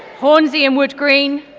hornsey and wood green,